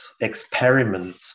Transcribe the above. experiment